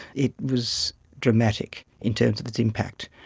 it was dramatic in terms of its impact.